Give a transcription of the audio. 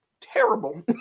terrible